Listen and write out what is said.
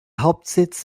hauptsitz